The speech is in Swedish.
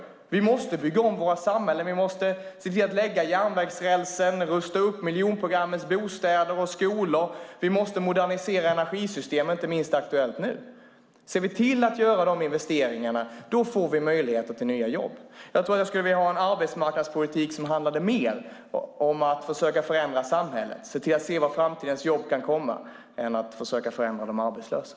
Vi måste bygga om våra samhällen, se till att lägga järnvägsrälsen och rusta upp miljonprogrammets bostäder och skolor. Vi måste modernisera energisystemet, som inte minst är aktuellt nu. Ser vi till att göra de investeringarna får vi möjligheter till nya jobb. Jag skulle vilja ha en arbetsmarknadspolitik som handlade mer om att försöka förändra samhället och se var framtidens jobb kan komma än att försöka förändra de arbetslösa.